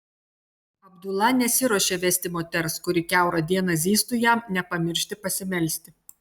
abdula nesiruošė vesti moters kuri kiaurą dieną zyztų jam nepamiršti pasimelsti